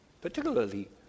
particularly